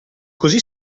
così